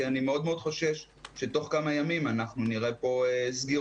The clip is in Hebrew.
אני מאוד מאוד חושש שתוך כמה ימים אנחנו נראה פה סגירות,